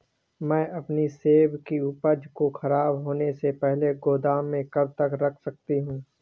मैं अपनी सेब की उपज को ख़राब होने से पहले गोदाम में कब तक रख सकती हूँ?